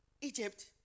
Egypt